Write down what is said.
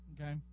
Okay